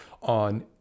on